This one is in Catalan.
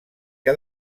que